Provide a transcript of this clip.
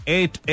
Eight